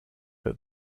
that